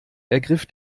ergriff